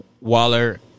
Waller